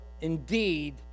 indeed